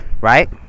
right